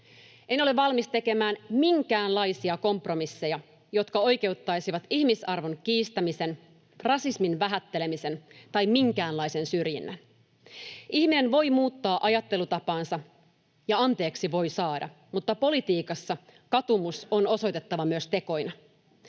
En ole valmis tekemään minkäänlaisia kompromisseja, jotka oikeuttaisivat ihmisarvon kiistämisen, rasismin, vähättelemisen tai minkäänlaisen syrjinnän. Ihminen voi muuttaa ajattelutapaansa, ja anteeksi voi saada, mutta politiikassa katumus on osoitettava myös tekoina.